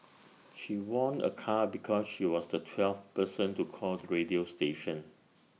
she won A car because she was the twelfth person to call the radio station